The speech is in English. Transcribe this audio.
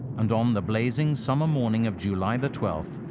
and on the blazing summer morning of july the twelfth,